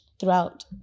Throughout